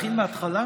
להתחיל מההתחלה?